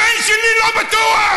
הבן שלי לא בטוח.